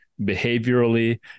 behaviorally